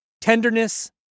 tenderness